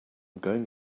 going